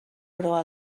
però